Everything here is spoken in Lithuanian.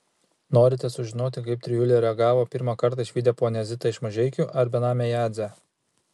norite sužinoti kaip trijulė reagavo pirmą kartą išvydę ponią zitą iš mažeikių ar benamę jadzę